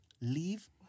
Leave